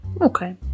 okay